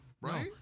Right